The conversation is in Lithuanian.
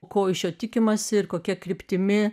ko iš jo tikimasi ir kokia kryptimi